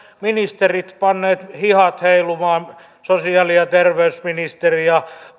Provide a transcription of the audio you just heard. ministerit panneet hihat heilumaan sosiaali ja terveysministeri ja